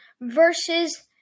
versus